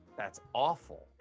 that's awful.